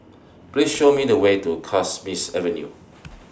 Please Show Me The Way to Kismis Avenue